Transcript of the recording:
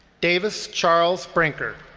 davis charles brinker.